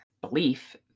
belief